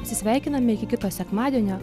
atsisveikiname iki kito sekmadienio